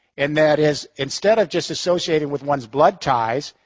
and that is instead of just associating with one's blood ties,